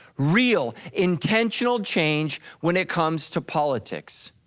real, intentional change when it comes to politics.